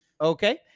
Okay